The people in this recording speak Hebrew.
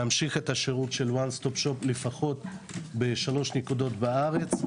להמשיך את השירות של וואן סטופ שופ לפחות בשלוש נקודות בארץ,